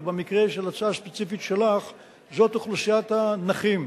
ובמקרה של ההצעה הספציפית שלך זאת אוכלוסיית הנכים,